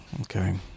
Okay